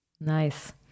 Nice